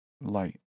Light